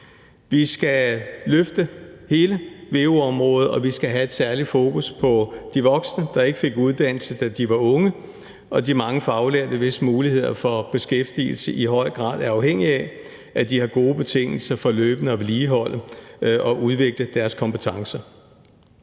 Vi skal løfte hele veu-området, og vi skal have særlig fokus på de voksne, der ikke fik en uddannelse, da de var unge, og de mange faglærte, hvis muligheder for beskæftigelse i høj grad er afhængige af, at de har gode betingelser for løbende at vedligeholde og udvikle deres kompetencer.